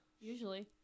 usually